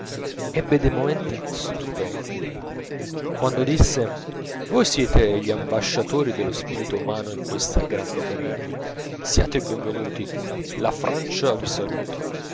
ebbe dei momenti stupendi quando disse voi siete gli ambasciatori dello spirito umano in questa grande parigi siate i benvenuti la francia vi saluta